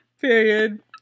Period